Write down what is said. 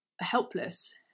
helpless